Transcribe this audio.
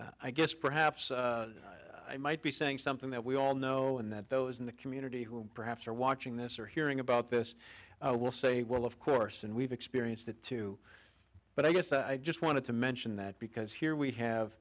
and i guess perhaps i might be saying something that we all know and that those in the community who perhaps are watching this or hearing about this will say well of course and we've experienced that too but i guess i just wanted to mention that because here we have